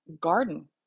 garden